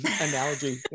analogy